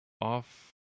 off